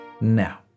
now